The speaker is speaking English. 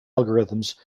algorithms